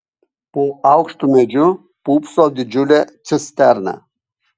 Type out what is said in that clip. po aukštu medžiu pūpso didžiulė cisterna